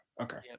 okay